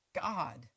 God